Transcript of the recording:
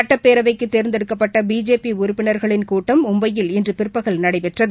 சுட்டப்பேரவைக்குதேர்ந்தெடுக்கப்பட்ட BJP உறுப்பினர்களின் கூட்டம் மும்பயில் இன்றுபிற்பகல் நடைபெற்றது